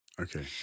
Okay